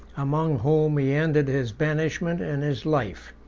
among whom he ended his banishment and his life.